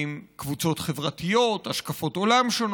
קבוצות חברתיות, השקפות עולם שונות.